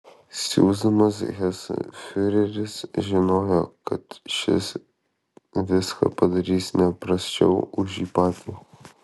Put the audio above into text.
siųsdamas hesą fiureris žinojo kad šis viską padarys ne prasčiau už jį patį